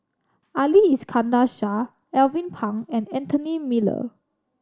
Ali Iskandar Shah Alvin Pang and Anthony Miller